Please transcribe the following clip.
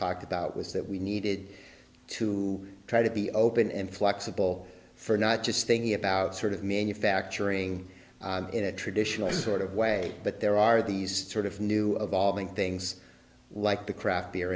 talked about was that we needed to try to be open and flexible for not just thinking about sort of manufacturing in a traditional sort of way but there are these sort of new valving things like the craft